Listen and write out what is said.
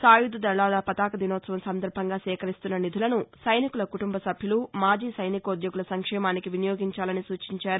సాయుధ దళాల పతాక దినోత్సవం సందర్భంగా సేకరిస్తున్న నిధులను సైనికుల కుటుంబ సభ్యులు మాజీ సైనికోద్యోగుల సంక్షేమానికి వినియోగించాలని సూచించారు